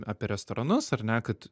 apie restoranus ar ne kad